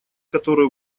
которое